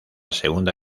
segunda